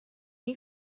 you